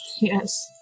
yes